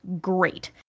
great